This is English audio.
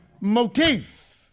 motif